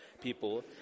people